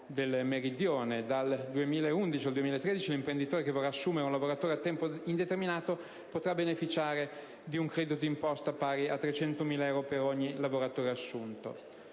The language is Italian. del Meridione. Dal 2011 al 2013, l'imprenditore che vorrà assumere un lavoratore tempo indeterminato potrà beneficiare di un credito d'imposta pari a 300.000 euro per ogni lavoratore assunto.